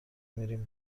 میریم